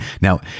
Now